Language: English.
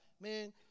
Man